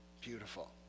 beautiful